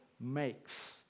makes